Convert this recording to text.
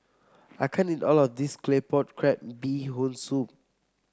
I can't eat all of this Claypot Crab Bee Hoon Soup